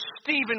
Stephen